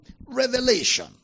Revelation